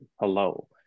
Hello